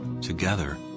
Together